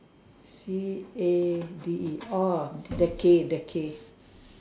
C A D E orh decade decade